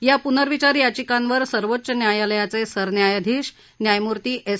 या प्नर्विचार याचिकांवर सर्वोच्च न्यायालयाचे सरन्यायाधीश न्यायमूर्ती एस